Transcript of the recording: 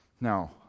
Now